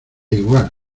igual